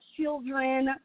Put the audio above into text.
children